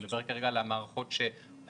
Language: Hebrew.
אני מדבר כרגע על המערכות שמתקינים,